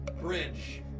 Bridge